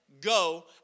go